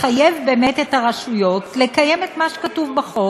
לחייב את הרשויות לקיים את מה שכתוב בחוק